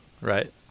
right